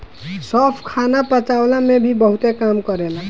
सौंफ खाना पचवला में भी बहुते काम करेला